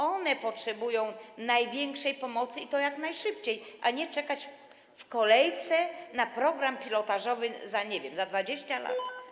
One potrzebują największej pomocy, i to jak najszybciej, nie mogą czekać w kolejce na program pilotażowy przez, nie wiem, 20 lat.